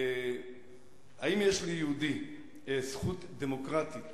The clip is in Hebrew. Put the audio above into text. האם יש ליהודי זכות דמוקרטית